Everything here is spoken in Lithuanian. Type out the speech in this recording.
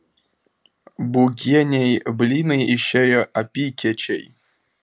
būgienei blynai išėjo apykiečiai